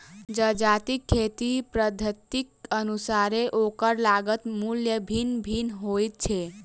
जजातिक खेती पद्धतिक अनुसारेँ ओकर लागत मूल्य भिन्न भिन्न होइत छै